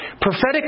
Prophetic